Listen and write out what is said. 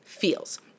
feels